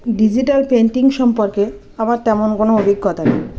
digital painting সম্পর্কে আমার তেমন কোনো অভিজ্ঞতা নেই